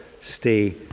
stay